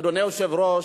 אדוני היושב-ראש,